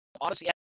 odyssey